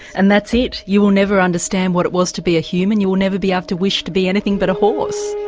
and that's it, you will never understand what it was to be a human, you will never be able to wish to be anything but a horse.